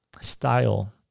style